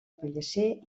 pellicer